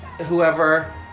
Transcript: whoever